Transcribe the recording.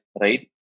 right